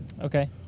Okay